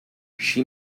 she